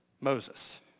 Moses